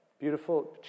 Beautiful